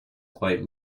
quite